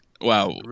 Wow